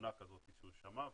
ותלונה כזאת שהוא שמע,